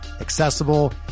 accessible